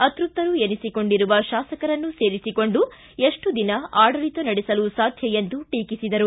ಅತ್ಯಪ್ತರು ಎನಿಸಿಕೊಂಡಿರುವ ಶಾಸಕರನ್ನು ಸೇರಿಸಿಕೊಂಡು ಎಷ್ಟು ದಿನ ಆಡಳಿತ ನಡೆಸಲು ಸಾಧ್ಯ ಎಂದು ಟೀಕಿಸಿದರು